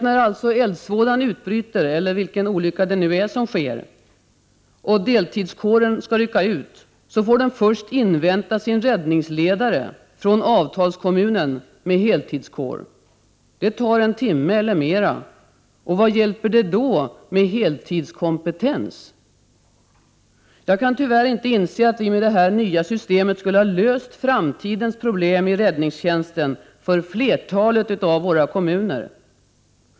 När alltså eldsvådan utbryter eller någon annan olycka sker och deltidskåren skall rycka ut får den först invänta sin räddningsledare från avtalskommunen med heltidskår. Det tar en timme eller mer. Vad hjälper det då med heltidskompetens? Jag kan tyvärr inte inse att vi med detta nya system skulle ha löst framtidens problem i räddningstjänsten för flertalet av kommunerna.